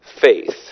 faith